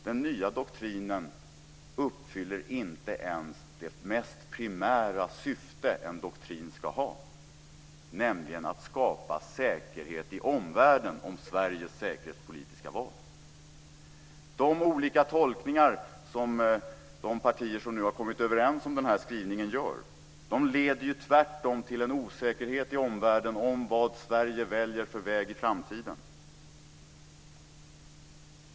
Den nya doktrinen uppfyller inte ens det mest primära syfte som en doktrin ska ha, nämligen att skapa säkerhet i omvärlden när det gäller Sveriges säkerhetspolitiska val. De olika tolkningar som görs av de partier som kommit överens om den här skrivningen leder tvärtom till en osäkerhet i omvärlden om vilken väg Sverige väljer i framtiden.